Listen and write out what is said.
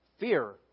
Fear